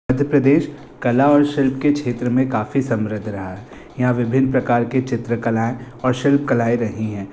मध्य प्रदेश कला और शिल्प के क्षेत्र में काफ़ी समृद्ध रहा है यहाँ विभिन्न प्रकार के चित्रकलाएँ और शिल्प कलाएँ रही हैं